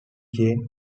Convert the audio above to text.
jane